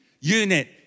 unit